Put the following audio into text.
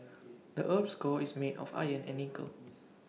the Earth's core is made of iron and nickel